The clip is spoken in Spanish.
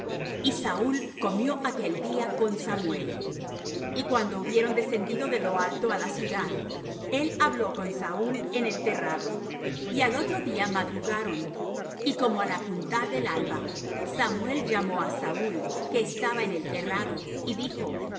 y saúl comió aquel día con samuel y cuando hubieron descendido de lo alto á la ciudad él habló con saúl en el terrado y al otro día madrugaron y como al apuntar del alba samuel llamó á saúl que estaba en el terrado y dijo